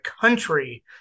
country